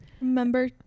Remember